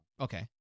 Okay